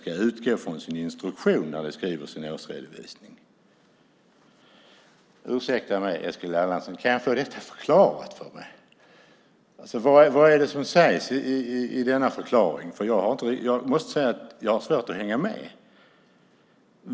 ska utgå från sin instruktion när de skriver sin årsredovisning". Ursäkta mig, Eskil Erlandsson, men kan jag få detta förklarat för mig? Vad är det som sägs i denna förklaring? Jag måste säga att jag har svårt att hänga med.